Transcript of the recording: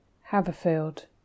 Haverfield